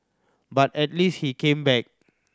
but at least he came back